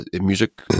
music